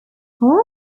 however